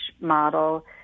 model